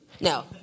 No